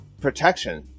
protection